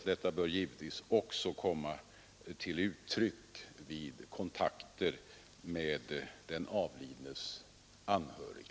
Detta bör givetvis också komma till uttryck vid kontakter med den avlidnes anhöriga.